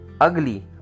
ugly